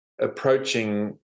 approaching